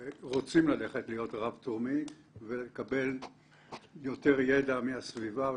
רוצים ללכת להיות רב-תחומי ולקבל יותר ידע מהסביבה.